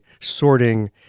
sorting